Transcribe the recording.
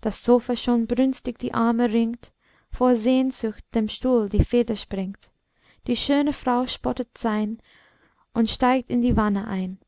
das sofa schon brünstig die arme ringt vor sehnsucht dem stuhl die feder springt die schöne frau spottet sein und steigt in die wanne ein